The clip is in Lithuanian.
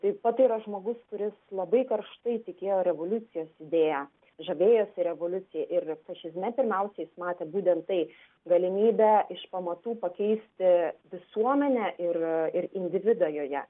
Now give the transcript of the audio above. taip pat tai yra žmogus kuris labai karštai tikėjo revoliucijos idėja žavėjosi revoliucija ir fašizme pirmiausia jis matė būtent tai galimybę iš pamatų pakeisti visuomenę ir ir individą joje